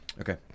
okay